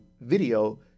video